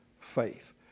faith